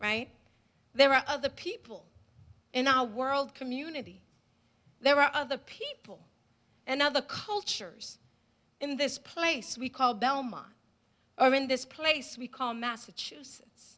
right there are other people in our world community there are other people and other cultures in this place we call belmont i mean this place we call massachusetts